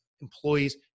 employees